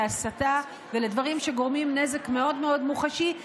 להסתה ולדברים שגורמים נזק מאוד מאוד מוחשי.